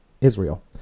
Israel